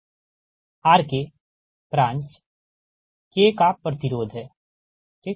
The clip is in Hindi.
RK ब्रांच K का प्रतिरोध है ठीक